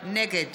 נגד